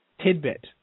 tidbit